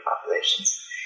populations